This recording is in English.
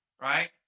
right